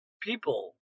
people